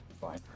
fine